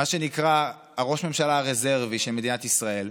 מה שנקרא ראש הממשלה הרזרבי של מדינת ישראל,